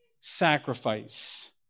sacrifice